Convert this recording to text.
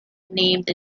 named